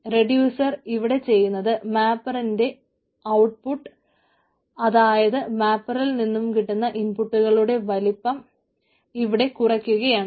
reducer ഇവിടെ ചെയ്യുന്നത് മാപ്പറിന്റെ അവുട്ട്പുട്ട് അതായത് മാപ്പറിൽ നിന്നും കിട്ടുന്ന ഇൻപുട്ടുകളുടെ വലിപ്പം ഇവിടെ കുറക്കുകയാണ്